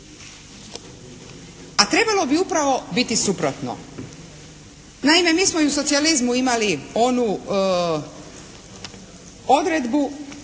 A trebalo bi upravo biti suprotno. Naime mi smo i u socijalizmu imali onu odredbu